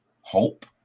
hope